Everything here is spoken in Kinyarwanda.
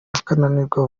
akananirwa